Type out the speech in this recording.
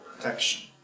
protection